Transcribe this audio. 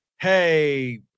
Hey